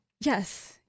Yes